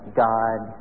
god